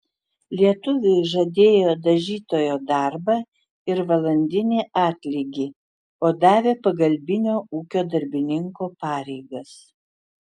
lietuviui žadėjo dažytojo darbą ir valandinį atlygį o davė pagalbinio ūkio darbininko pareigas